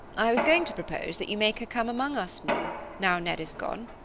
i was going to propose that you make her come among us more, now ned is gone.